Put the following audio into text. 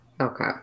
Okay